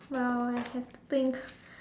well I have to think